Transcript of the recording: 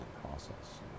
process